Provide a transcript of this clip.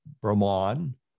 Brahman